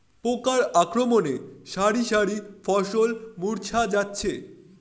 পোকার আক্রমণে শারি শারি ফসল মূর্ছা যাচ্ছে